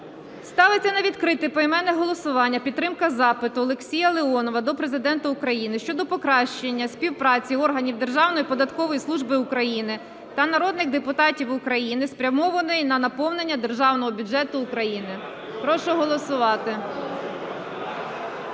Ставиться на відкрите поіменне голосування підтримка запиту Олексія Леонова до Президента України щодо покращення співпраці органів Державної податкової служби України та народних депутатів України, спрямованої на наповнення Державного бюджету України. Прошу голосувати.